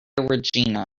regina